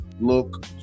Look